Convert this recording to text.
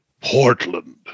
Portland